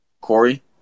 Corey